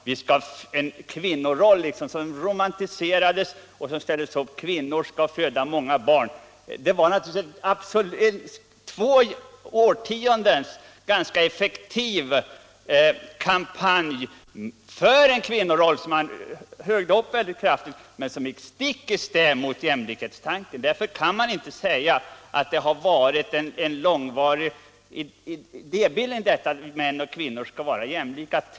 Man romantiserade fram en kvinnoroll: Kvinnor skall föda många barn. I två årtionden fördes en ganska effektiv kampanj för denna kvinnoroll, som i mycket gick stick i stäv mot jämlikhetstanken. Därför kan man inte säga att det varit en långvarig kamp för att män och kvinnor skall vara jämlika.